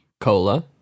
Cola